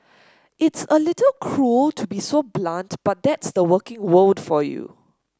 it's a little cruel to be so blunt but that's the working world for you